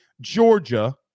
Georgia